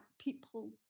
people